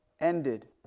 Ended